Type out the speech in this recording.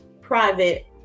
private